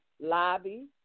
lobby